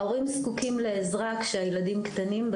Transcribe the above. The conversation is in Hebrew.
ההורים זקוקים לעזרה הזאת כשהילדים קטנים,